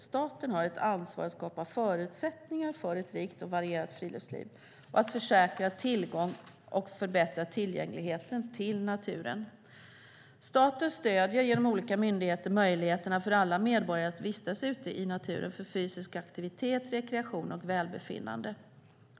Staten har ett ansvar att skapa förutsättningar för ett rikt och varierat friluftsliv och att säkra tillgång och förbättra tillgänglighet till naturen. Staten stöder genom olika myndigheter möjligheterna för alla medborgare att vistas ute i naturen för fysisk aktivitet, rekreation och välbefinnande.